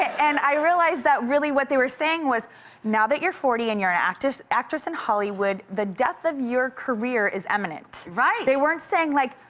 and i realized that really what they were saying was now that you're forty and you're an actress actress in hollywood the death of your career is eminent. they weren't saying like,